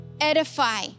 edify